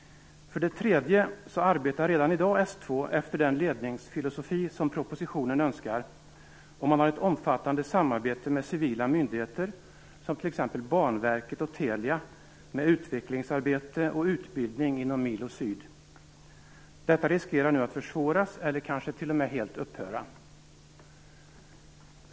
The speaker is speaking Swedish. För det tredje arbetar S 2 redan i dag efter den ledningsfilosofi som önskas i propositionen. Man har ett omfattande samarbete med civila myndigheter, t.ex. med Banverket och Telia, när det gäller utvecklingsarbete och utbildning inom Milo Syd. Risken finns nu att detta samarbete försvåras. Kanske upphör det t.o.m. helt.